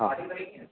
હા